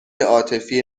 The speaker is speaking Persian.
عاطفی